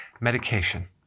medication